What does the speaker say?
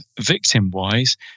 victim-wise